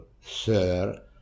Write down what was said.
sir